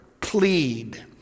plead